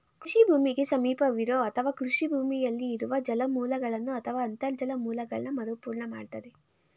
ಕೃಷಿ ಭೂಮಿಗೆ ಸಮೀಪವಿರೋ ಅಥವಾ ಕೃಷಿ ಭೂಮಿಯಲ್ಲಿ ಇರುವ ಜಲಮೂಲಗಳನ್ನು ಅಥವಾ ಅಂತರ್ಜಲ ಮೂಲಗಳನ್ನ ಮರುಪೂರ್ಣ ಮಾಡ್ತದೆ